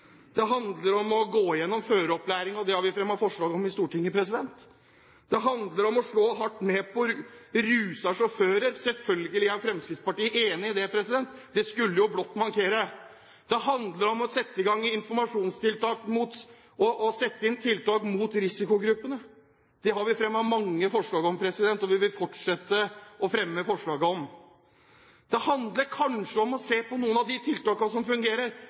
det handler om å gå gjennom føreropplæringen – det har vi fremmet forslag om i Stortinget – og det handler om å slå hardt ned på rusede sjåfører. Selvfølgelig er Fremskrittspartiet enig i det, det skulle jo blott mankere! Det handler om å sette i gang informasjonstiltak og sette inn tiltak overfor risikogruppene. Det har vi fremmet mange forslag om, og vi vil fortsette å fremme slike forslag. Det handler kanskje om å se på noen av de tiltakene som fungerer,